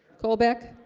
colbeck